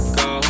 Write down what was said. go